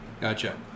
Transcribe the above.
Gotcha